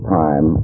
time